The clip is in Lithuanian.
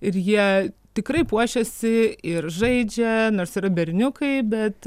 ir jie tikrai puošiasi ir žaidžia nors yra berniukai bet